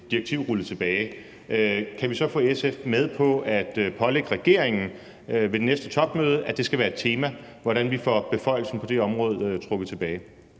direktiv rullet tilbage, kan vi så få SF med på at pålægge regeringen ved det næste topmøde, at det skal være et tema, hvordan vi får beføjelsen på det område trukket tilbage?